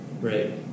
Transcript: Right